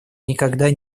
никогда